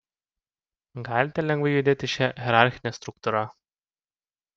galite lengvai judėti šia hierarchine struktūra